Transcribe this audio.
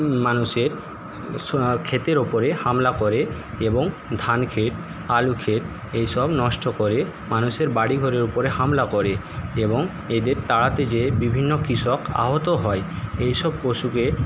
মানুষের ক্ষেতের ওপরে হামলা করে এবং ধানক্ষেত আলুক্ষেত এইসব নষ্ট করে মানুষের বাড়িঘরের উপরে হামলা করে এবং এদের তাড়াতে গিয়ে বিভিন্ন কৃষক আহত হয় এইসব পশুদের